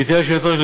גברתי היושבת-ראש,